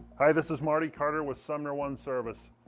hi this is marty carter with sumnerone service.